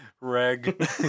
Reg